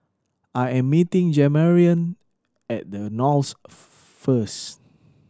I am meeting Jamarion at The Knolls first